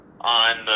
on